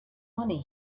money